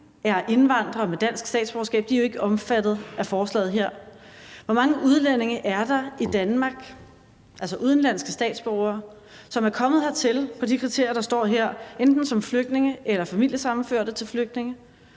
er indvandrere med dansk statsborgerskab? De er jo ikke omfattet af forslaget her. Hvor mange udlændinge er der i Danmark, altså udenlandske statsborgere, som er kommet hertil på de kriterier, der står her? Det vil sige, at det enten er flygtninge eller familiesammenførte til flygtninge,